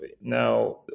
Now